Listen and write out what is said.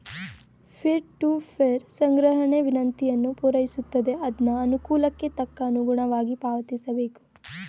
peer to peer ಸಂಗ್ರಹಣೆ ವಿನಂತಿಯನ್ನು ಪೂರೈಸುತ್ತದೆ ಅದ್ನ ಅನುಕೂಲಕ್ಕೆ ತಕ್ಕ ಅನುಗುಣವಾಗಿ ಪಾವತಿಸಬೇಕು